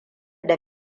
da